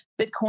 Bitcoin